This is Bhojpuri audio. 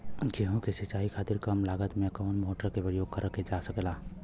गेहूँ के सिचाई खातीर कम लागत मे कवन मोटर के प्रयोग करल जा सकेला?